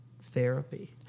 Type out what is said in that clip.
therapy